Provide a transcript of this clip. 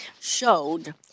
showed